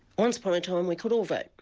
once upon a time we could all vote,